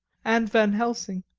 and van helsing.